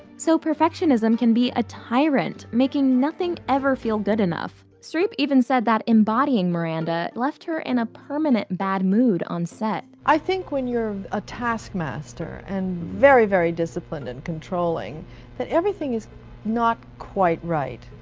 so perfectionism can be a tyrant making nothing ever feel good enough. streep even said that embodying miranda left her in a permanent bad mood on set. i think when you're a taskmaster and very very disciplined and controlling that everything is not quite right,